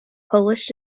polish